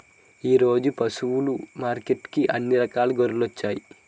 ఈరోజు పశువులు మార్కెట్టుకి అన్ని రకాల గొర్రెలొచ్చినాయ్